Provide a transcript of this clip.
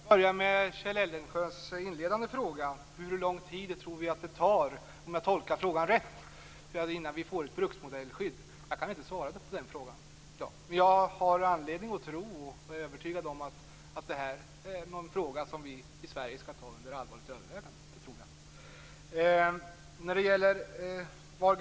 Fru talman! Jag skall börja med Kjell Eldensjös inledande fråga: Hur lång tid vi tror att det tar, om jag tolkat frågan rätt, innan vi får ett bruksmodellsskydd. Jag kan inte svara på den frågan i dag. Men jag har anledning att tro och är övertygad om att det här är en fråga som vi i Sverige skall ta under allvarligt övervägande.